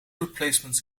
replacements